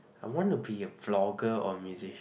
I want to be a blogger or musician